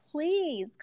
please